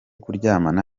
kuryamana